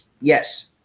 Yes